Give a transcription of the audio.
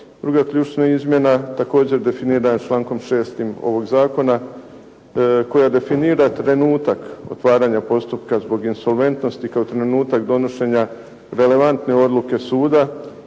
Druga ključna izmjena također definira člankom 6. ovog zakona koja definira trenutak otvaranja postupka zbog insolventnosti kao trenutak donošenja relevantne odluke suda